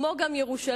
כמו גם לירושלים,